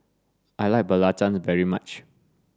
I like Belacan very much